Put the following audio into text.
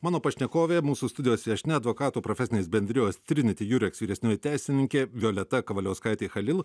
mano pašnekovė mūsų studijos viešnia advokatų profesinės bendrijos triniti jureks vyresnioji teisininkė violeta kavaliauskaitė chalil